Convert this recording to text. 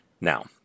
Now